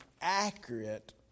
accurate